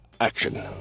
action